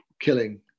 killing